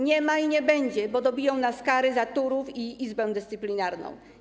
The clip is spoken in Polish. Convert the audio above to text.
Nie ma i nie będzie, bo dobiją nas kary za Turów i Izbę Dyscyplinarną.